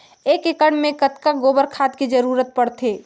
एक एकड़ मे कतका गोबर खाद के जरूरत पड़थे?